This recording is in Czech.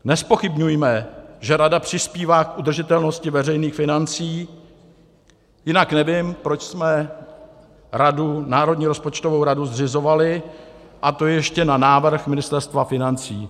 Nezpochybňujme, že rada přispívá k udržitelnosti veřejných financí, jinak nevím, proč jsme radu, Národní rozpočtovou radu, zřizovali, a to ještě na návrh Ministerstva financí.